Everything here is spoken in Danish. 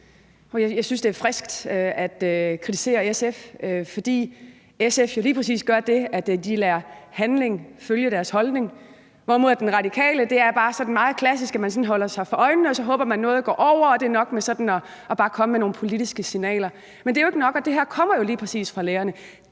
Jeg synes, det er frisk at kritisere SF, for SF gør jo lige præcis det, at de lader handling følge deres holdning, hvorimod den radikale tilgang bare sådan er den meget klassiske med, at man holder sig for øjnene, og så håber man, at noget går over, og at det er nok bare sådan at komme med nogle politiske signaler. Men det er jo ikke nok, og det her kommer lige præcis fra lærerne.